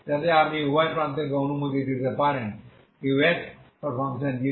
যাতে আপনি উভয় প্রান্তকে অনুমতি দিতে পারেন ux0t0